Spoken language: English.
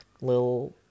little